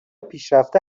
پیشرفته